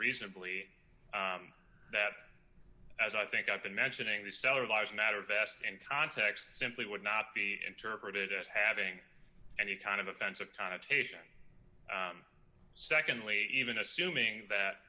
reasonably that as i think i've been mentioning the cellar large matter vast and context simply would not be interpreted as having any kind of offensive connotation secondly even assuming that